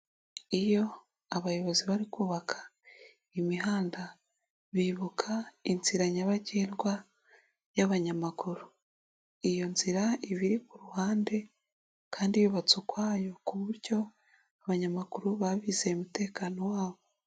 Iyo abayobozi bari kubaka imihanda bibuka inzira nyabagendwa y'abanyamaguru. Iyo nzira iba iri ku ruhande kandi yubatse ukwayo ku buryo abanyamakuru baba bizeye umutekano wabo.